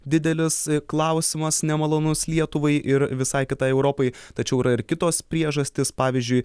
didelis klausimas nemalonus lietuvai ir visai kitai europai tačiau yra ir kitos priežastys pavyzdžiui